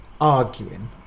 arguing